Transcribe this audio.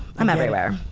i'm everywhere.